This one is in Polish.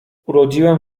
urodziłam